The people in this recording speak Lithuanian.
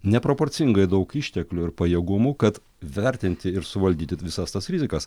neproporcingai daug išteklių ir pajėgumų kad vertinti ir suvaldyti visas tas rizikas